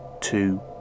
two